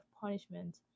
punishment